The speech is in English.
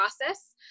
process